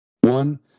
One